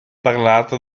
parlata